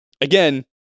again